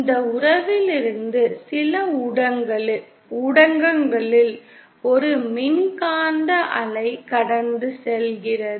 இந்த உறவிலிருந்து சில ஊடகங்களில் ஒரு மின்காந்த அலை கடந்து செல்கிறது